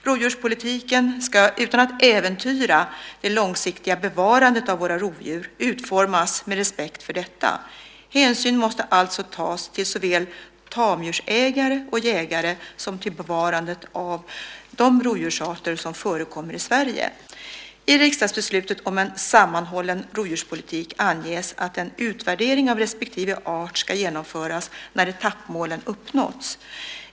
Rovdjurspolitiken ska, utan att äventyra det långsiktiga bevarandet av våra rovdjur, utformas med respekt för detta. Hänsyn måste alltså tas såväl till tamdjursägare och jägare som till bevarandet av de rovdjursarter som förekommer i Sverige. I riksdagsbeslutet om en sammanhållen rovdjurspolitik anges att en utvärdering av respektive art ska genomföras när etappmålen uppnåtts.